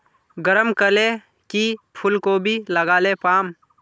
गरम कले की फूलकोबी लगाले पाम?